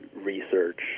research